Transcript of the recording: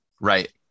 Right